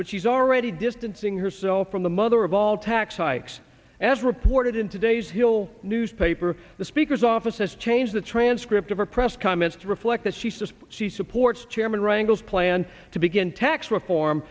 but she's already distancing herself from the mother of all tax hikes as reported in today's hill newspaper the speaker's offices change the transcript of her press comments to reflect that she says she supports chairman wrangles plan to begin tax reform